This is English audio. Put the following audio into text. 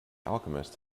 alchemist